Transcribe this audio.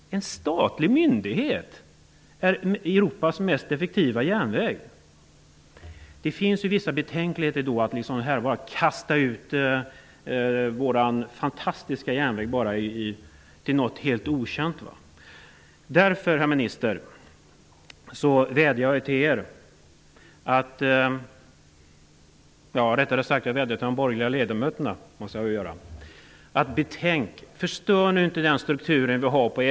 En statlig myndighet driver Europas mest effektiva järnväg! Det finns vissa betänkligheter inför att då kasta ut vår fantastiska järnväg i något helt okänt. Därför vädjar jag till de borgerliga ledamöterna om att inte förstöra den struktur SJ har.